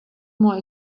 more